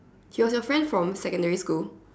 she was your friend from secondary school